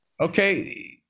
okay